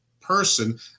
person